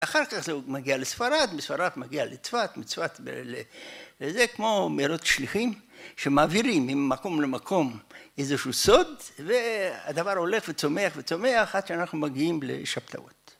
אחר כך זה עוד מגיע לספרד, בספרד מגיע לצפת, לצפת לזה, כמו מרוץ שליחים שמעבירים ממקום למקום איזשהו סוד, והדבר הולך וצומח וצומח, עד שאנחנו מגיעים לשבתאות.